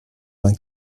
vingt